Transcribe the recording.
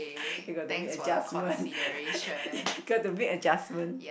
you got to make adjustment you got to make adjustment